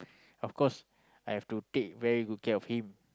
of course I have to take very good care of him